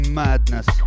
madness